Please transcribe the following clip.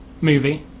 movie